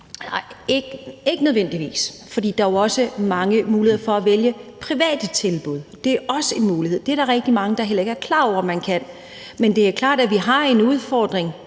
Nej, ikke nødvendigvis, for der er jo også mange muligheder for at vælge private tilbud. Det er også en mulighed. Det er der rigtig mange der heller ikke er klar over at man kan. Men det er klart, at vi har en løbende udfordring